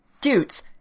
Dudes